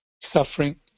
suffering